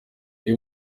iyo